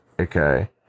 Okay